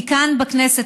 כי כאן בכנסת,